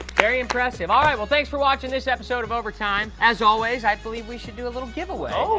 very impressive. all right, well, thanks for watching this episode of overtime, as always, i believe we should do a little giveaway.